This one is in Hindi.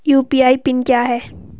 यू.पी.आई पिन क्या है?